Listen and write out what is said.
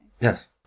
Yes